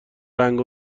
رنگ